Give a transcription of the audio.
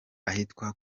ahitwa